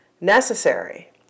necessary